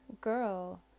girl